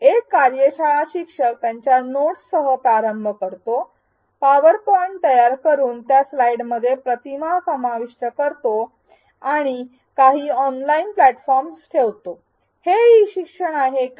एक कार्यशाळा शिक्षक त्यांच्या नोट्स सह प्रारंभ करतो पॉवरपॉईंट तयार करून त्या स्लाइडसमध्ये प्रतिमा समाविष्ट करतो आणि काही ऑनलाइन प्लॅटफॉर्मवर ठेवतो हे ई शिक्षण आहे का